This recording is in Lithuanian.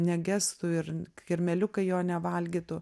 negestų ir kirmėliukai jo nevalgytų